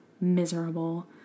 miserable